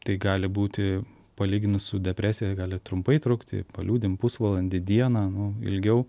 tai gali būti palyginus su depresija gali trumpai trukti palydim pusvalandį dieną nu ilgiau